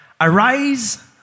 Arise